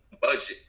budget